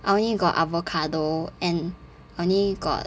I only got avocado and only got